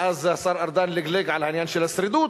ואז השר ארדן לגלג על העניין של השרידות.